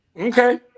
Okay